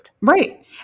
right